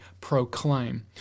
proclaim